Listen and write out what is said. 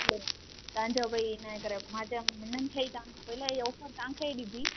तव्हांजो भाई इन करे मां चयुमि हिननि खे ई तां पैले इहो ऑफर तव्हांखे ई ॾिबी